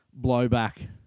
blowback